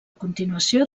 continuació